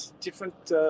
different